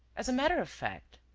as a matter of fact.